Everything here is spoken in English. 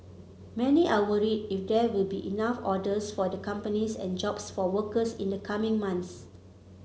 many are worried if there will be enough orders for the companies and jobs for workers in the coming months